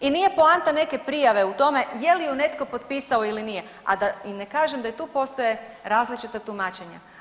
I nije poanta neke prijave u tome je li ju netko potpisao ili nije, a da i ne kažem da tu postoje različita tumačenja.